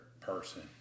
person